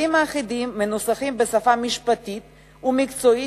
החוזים האחידים מנוסחים בשפה משפטית ומקצועית